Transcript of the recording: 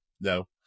no